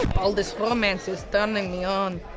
all this romance is turning me on.